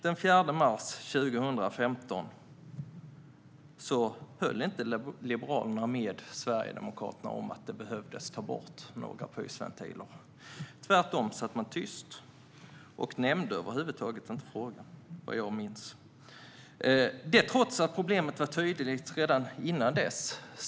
Den 4 mars 2015 höll inte Liberalerna med Sverigedemokraterna om att det behövde tas bort några pysventiler. Tvärtom satt de tysta och nämnde över huvud taget inte frågan, vad jag minns, trots att problemet var tydligt redan innan dess.